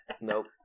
nope